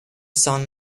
son